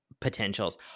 potentials